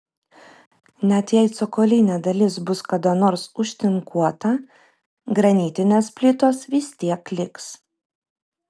net jei cokolinė dalis bus kada nors užtinkuota granitinės plytos vis tiek liks